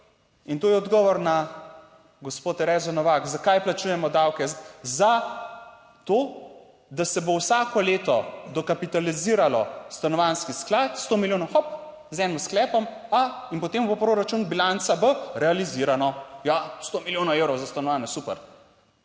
In to je odgovor na gospo Terezo Novak zakaj plačujemo davke. Zato, da se bo vsako leto dokapitaliziralo stanovanjski sklad, sto milijonov hop z enim sklepom, in potem bo proračun, bilanca B realizirano. Ja, sto milijonov evrov za stanovanja, super.